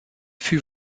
fut